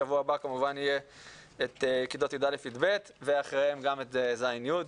שבוע הבא כמובן יהיה את כיתות י"א-י"ב ואחריהן גם את ז'-י',